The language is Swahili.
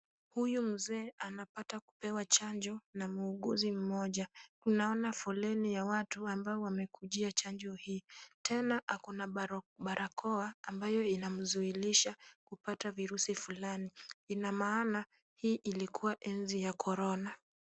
Huyu mzee anapata kupewa chanjo na muuguzi mmoja. Tunaona foleni ya watu ambao wamekujia chanjo hii, tena akona barakoa ambayo inamzuilisha kupata virusi fulani. Hii ina maana kuwa ilikuwa enzi ya korona.